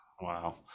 wow